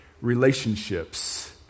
relationships